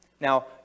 Now